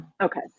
Okay